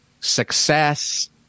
success